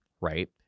right